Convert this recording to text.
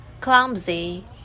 Clumsy